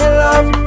love